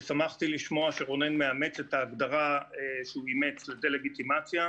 שמחתי לשמוע שרונן מאמץ את ההגדרה שהוא אימץ לדה-לגיטימציה,